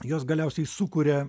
jos galiausiai sukuria